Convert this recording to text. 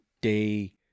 day